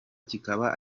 kikaba